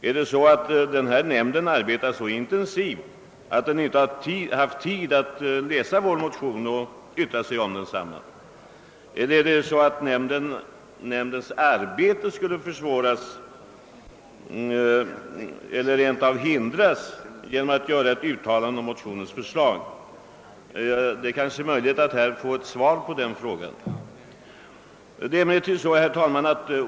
Är det så att denna nämnd arbetar så intensivt att den inte haft tid att läsa vår motion och yttra sig om den? Eller är det så att nämndens arbete skulle försvåras eller rent av förhindras om nämnden yttrade sig över motionen? Det är kanske möjligt att få svar på denna fråga.